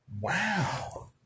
Wow